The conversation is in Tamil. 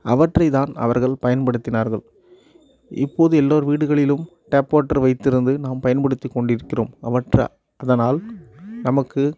அவற்றை தான் அவர்கள் பயன்படுத்தினார்கள் இப்போது எல்லோர் வீடுகளிலும் டேப் வாட்டர் வைத்திருந்து நாம் பயன்படுத்திக் கொண்டிருக்கிறோம் அவற்ற அதனால் நமக்கு